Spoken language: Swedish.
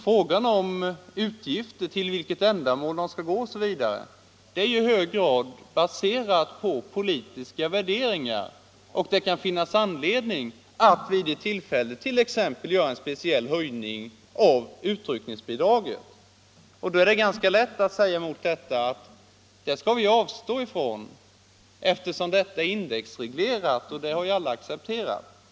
Frågan om utgifter, till vilket ändamål de skall gå osv. baserar sig i hög grad på politiska värderingar, och det kan finnas anledning att vid något tillfälle göra en speciell höjning t.ex. av utryckningsbidraget. Då är det ganska lätt att mot det säga att ”det skall vi avstå från eftersom det är indexreglerat, och det har vi alla accepterat”.